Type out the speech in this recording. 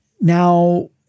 Now